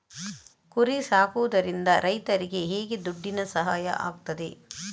ಕುರಿ ಸಾಕುವುದರಿಂದ ರೈತರಿಗೆ ಹೇಗೆ ದುಡ್ಡಿನ ಸಹಾಯ ಆಗ್ತದೆ?